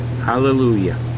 Hallelujah